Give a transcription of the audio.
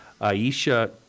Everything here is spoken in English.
Aisha